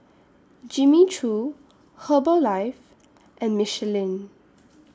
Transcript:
Jimmy Choo Herbalife and Michelin